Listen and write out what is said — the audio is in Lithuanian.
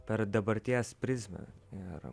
per dabarties prizmę ir